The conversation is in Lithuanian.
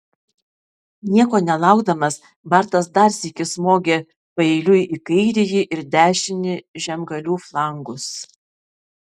nieko nelaukdamas bartas dar sykį smogė paeiliui į kairįjį ir dešinįjį žemgalių flangus